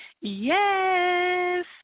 yes